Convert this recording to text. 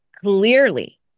clearly